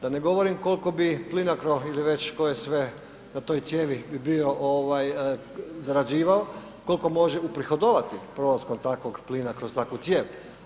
Da ne govorim koliko bi Plinacro ili već tko je sve na toj cijevi bi bio ovaj zarađivao, koliko može uprihodovati prolaskom takvog plina kroz takvu cijev.